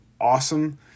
awesome